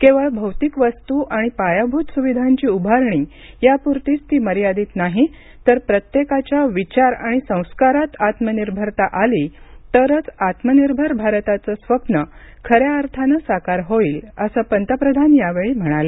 केवळ भौतिक वस्तू आणि पायाभूत सुविधांची उभारणी यापुरतीच ती मर्यादित नाही तर प्रत्येकाच्या विचार आणि संस्कारात आत्मनिर्भरता आली तरच आत्मनिर्भर भारताचं स्वप्न खऱ्या अर्थानं साकार होईल असं पंतप्रधान यावेळी म्हणाले